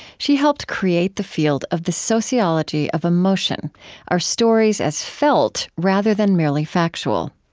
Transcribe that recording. she helped create the field of the sociology of emotion our stories as felt rather than merely factual.